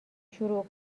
شروع